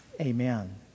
Amen